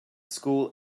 school